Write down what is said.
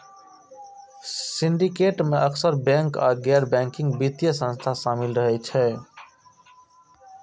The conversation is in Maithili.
सिंडिकेट मे अक्सर बैंक आ गैर बैंकिंग वित्तीय संस्था शामिल रहै छै